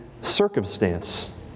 circumstance